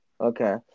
Okay